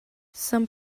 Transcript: some